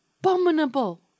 abominable